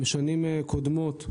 בשנים קודמות,